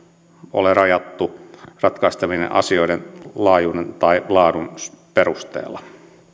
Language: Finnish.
ole rajattu ratkaistavien asioiden laajuuden tai laadun perusteella